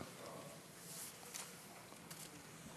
בבקשה.